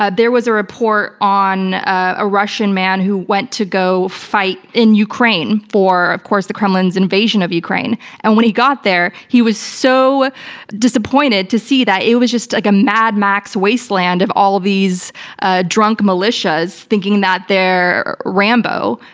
ah there was a report on a russian man who went to go fight in ukraine for of course the kremlin's invasion of ukraine, and when he got there, he was so disappointed to see that it was just like a mad max wasteland of all of these ah drunk militias thinking that they're rambo.